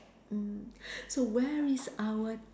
mm so where is our